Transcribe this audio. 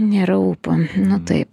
nėra ūpo nu taip